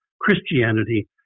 Christianity